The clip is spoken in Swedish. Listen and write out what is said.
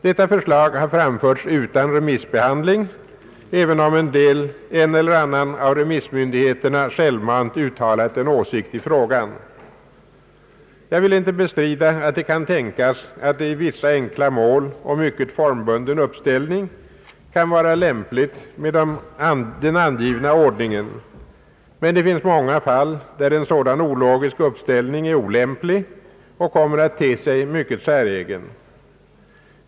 Detta förslag har framförts utan remissbehandling, även om en eller annan av remissmyndigheterna självmant uttalat en åsikt i frågan. Jag vill inte bestrida att det kan tänkas att det i vissa enkla mål och mycket formbunden uppställning kan vara lämpligt med den angivna ordningen, men det finns många fall där en sådan ologisk uppställning är olämplig och kommer att te sig mycket säregen.